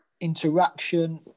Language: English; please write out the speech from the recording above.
interaction